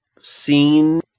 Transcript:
seen